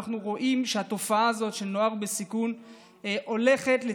אנחנו רואים שהתופעה של נוער בסיכון הולכת וגדלה,